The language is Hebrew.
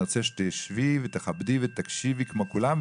אני רוצה שתשבי ותכבדי ותקשיבי כמו כולם,